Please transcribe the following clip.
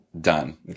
Done